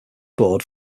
board